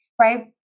Right